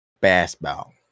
Basketball